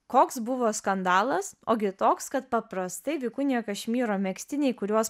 koks buvo skandalas ogi toks kad paprastai vikunija kašmyro megztiniai kuriuos